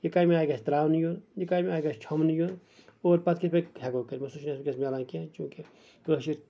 یہِ کَمہِ آیہِ گژھِ تراونہٕ یُن یہِ کَمہِ آیہِ گژھِ چھوٚبنہٕ یُن اور پَتہٕ کِتھ پٲٹھۍ ہیٚکو کٔژِٹھ سُہ چھُ نہٕ اَسہِ وٕنکیٚس میلان کیٚنہہ چونکہِ کٲشِر چھِنہٕ ونٛکیٚس یہِ